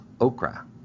okra